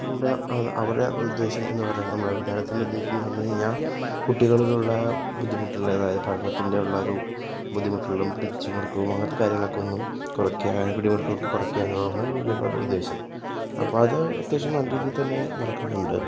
അവരുടെ ഉദ്ദേശം എന്ന് പറയുന്നത് നമ്മുടെ വിദ്യാലയത്തിൻ്റെ ഉദ്ദേശം എന്ന് പറഞ്ഞു കഴിഞ്ഞാൽ കുട്ടികളിലുള്ള ബുദ്ധിമുട്ടുകൾ അതായത് പഠനത്തിൻ്റെ ഉള്ളൊരു ബുദ്ധിമുട്ടുകളും പിടിച്ച് മുറുക്കുകളും ഒന്ന് കുറക്കാനാണ് പിരിമുറുക്കമൊക്കെ കുറയ്ക്കാനാണ് യോഗ കൊണ്ട് ഉദ്ദേശം അപ്പം അത് അത്യാവശ്യം നല്ല രീതിയിൽതന്നെ നടക്കുന്നുണ്ട്